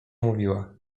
mówiła